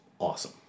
awesome